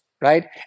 right